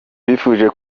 bifuje